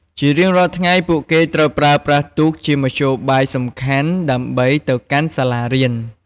ជារៀងរាល់ថ្ងៃ ពួកគេត្រូវប្រើប្រាស់ទូកជាមធ្យោបាយសំខាន់ដើម្បីទៅកាន់សាលារៀន។